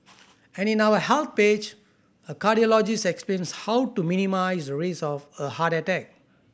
and in our Health page a cardiologist explains how to minimise the risk of a heart attack